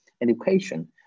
education